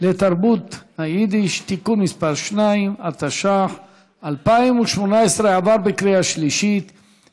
לתרבות היידיש (תיקון מס' 2), התשע"ח 2018, נתקבל.